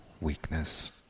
weakness